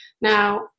now